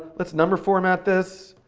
let's number format this.